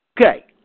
Okay